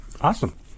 Awesome